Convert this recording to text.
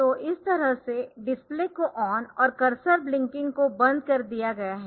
तो इस तरह से डिस्प्ले को ऑन और कर्सर ब्लिंकिंग को बंद कर दिया गया है